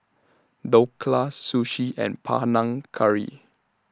Dhokla Sushi and Panang Curry